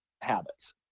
habits